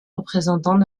représentants